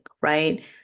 right